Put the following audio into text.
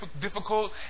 difficult